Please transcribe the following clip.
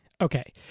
Okay